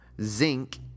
zinc